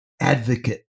advocate